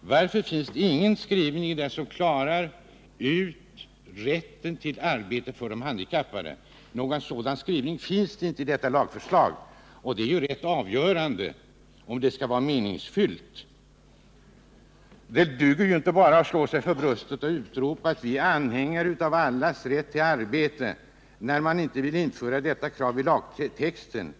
Varför finns det ingen skrivning i lagtexten som slår fast rätten till arbete för de handikappade? En sådan skrivning är ändå rätt avgörande. Det duger inte att bara slå sig för sitt bröst och utropa: Vi är anhängare till allas rätt till arbete, när man sedan inte vill införa detta krav i lagtexten.